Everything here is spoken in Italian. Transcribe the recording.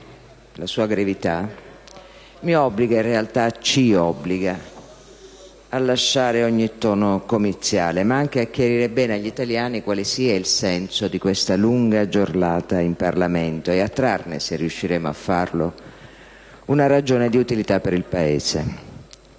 la sua gravità, mi obbliga, in realtà ci obbliga, a lasciare ogni tono comiziale ma anche a chiarire bene agli italiani quale sia il senso di questa lunga giornata in Parlamento e a trarne (se riusciremo a farlo) una ragione di utilità per il Paese.